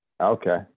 Okay